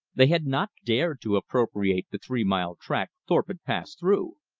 they had not dared to appropriate the three mile tract thorpe had passed through,